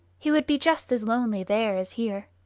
he would be just as lonely there as here.